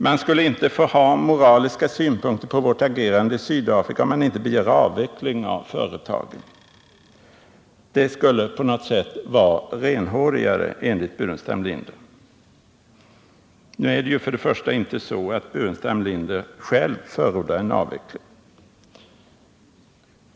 Man skulle inte få ha moraliska synpunkter på vårt agerande i Sydafrika om man inte begär avveckling av företagen. Det skulle på något sätt vara renhårigare, enligt herr Burenstam Linder. För det första förordar herr Burenstam Linder inte själv en avveckling.